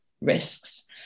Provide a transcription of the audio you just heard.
risks